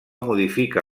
modifica